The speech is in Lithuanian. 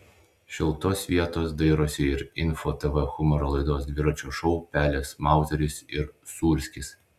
šiltos vietos dairosi ir info tv humoro laidos dviračio šou pelės mauzeris ir sūrskis